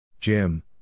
Jim